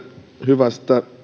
hyvästä